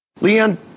Leanne